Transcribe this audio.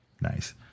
Nice